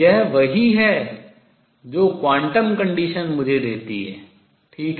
यह वही है जो quantum condition क्वांटम शर्त मुझे देती है ठीक है